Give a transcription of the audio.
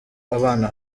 abana